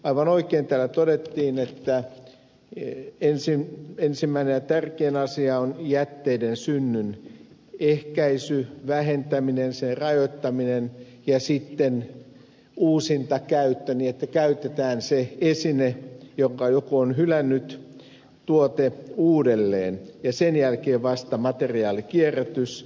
aivan oikein täällä todettiin että ensimmäinen ja tärkein asia on jätteiden synnyn ehkäisy vähentäminen sen rajoittaminen ja sitten uusintakäyttö niin että käytetään se esine jonka joku on hylännyt tuote uudelleen ja sen jälkeen vasta materiaalin kierrätys